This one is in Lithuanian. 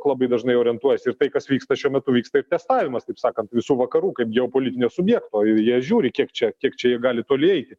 labai dažnai orientuojasi ir tai kas vyksta šiuo metu vyksta ir testavimas taip sakant visų vakarų kaip geopolitinio subjekto ir jie žiūri kiek čia kiek čia jie gali toli eiti